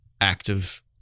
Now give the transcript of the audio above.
active